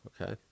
Okay